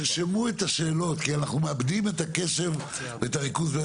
תרשמו את השאלות כי אנחנו מאבדים את הקשב ואת הריכוז.